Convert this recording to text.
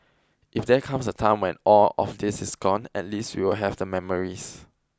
if there comes a time when all of this is gone at least we will have the memories